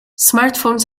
smartphones